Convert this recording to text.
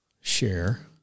share